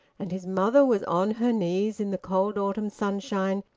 and his mother was on her knees in the cold autumn sunshine,